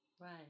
Right